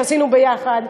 שעשינו יחד,